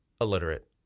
illiterate